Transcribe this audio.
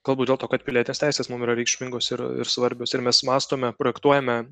galbūt dėl to kad pilietės teisės mum yra reikšmingos ir ir svarbios ir mes mąstome projektuojame